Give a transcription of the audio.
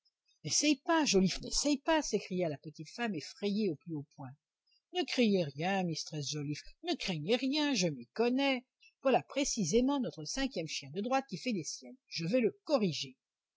n'essaye pas joliffe n'essaye pas s'écria la petite femme effrayée au plus haut point ne craignez rien mistress joliffe ne craignez rien je m'y connais voilà précisément notre cinquième chien de droite qui fait des siennes je vais le corriger